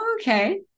Okay